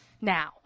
now